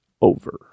over